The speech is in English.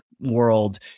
world